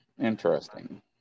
Interesting